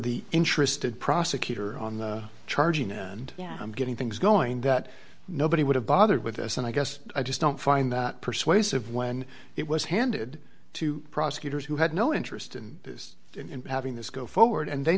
the interested prosecutor on the charging and i'm getting things going that nobody would have bothered with us and i guess i just don't find that persuasive when it was handed to prosecutors who had no interest in this and having this go forward and they